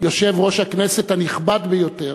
יושב-ראש הכנסת הנכבד ביותר,